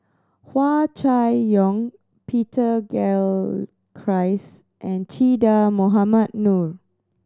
Hua Chai Yong Peter Gilchrist and Che Dah Mohamed Noor